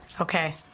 okay